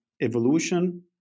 evolution